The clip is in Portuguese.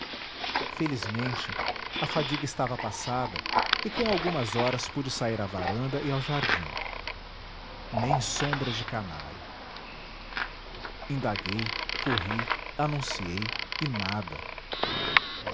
felizmente a fadiga estava passada e com algumas horas pude sair à varanda e ao jardim nem sombra de canário indaguei corri anunciei e nada